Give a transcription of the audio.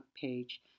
page